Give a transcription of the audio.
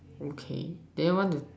okay then want to